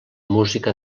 música